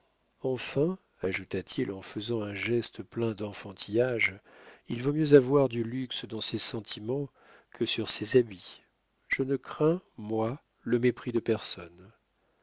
enfin ajouta-t-il en faisant un geste plein d'enfantillage il vaut mieux avoir du luxe dans ses sentiments que sur ses habits je ne crains moi le mépris de personne